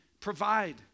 provide